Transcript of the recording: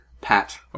Pat